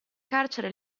carcere